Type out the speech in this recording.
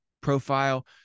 profile